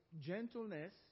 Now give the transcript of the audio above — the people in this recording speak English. gentleness